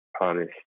honest